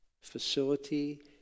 facility